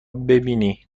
ببینی